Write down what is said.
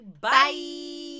Bye